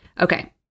Okay